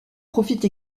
profite